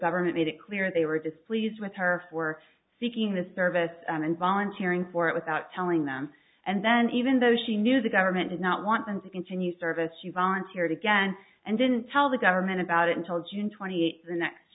government made it clear they were displeased with her were seeking the service and voluntary and for it without telling them and then even though she knew the government did not want them to continue service you volunteered again and didn't tell the government about it until june twenty eighth or next